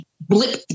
blip